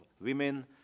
women